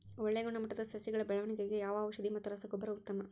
ಒಳ್ಳೆ ಗುಣಮಟ್ಟದ ಸಸಿಗಳ ಬೆಳವಣೆಗೆಗೆ ಯಾವ ಔಷಧಿ ಮತ್ತು ರಸಗೊಬ್ಬರ ಉತ್ತಮ?